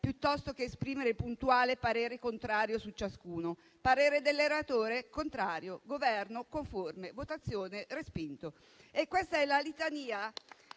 piuttosto che esprimere un puntuale parere contrario su ciascuno. Parere del relatore? Contrario. Governo? Conforme. Votazione: respinto. È questa la litania